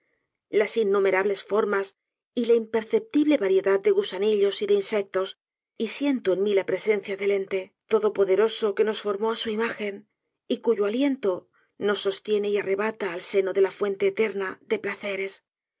las innumerables formas y la imperceptible variedad de gusanillos y de insectos y siento en mi la presencia del ente todopoderoso que nos formó á su imagen y cuyo aliento nos sostiene y arrebata al seno de la fuente eterna de placeres